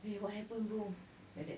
eh what happened bro like that